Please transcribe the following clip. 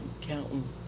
counting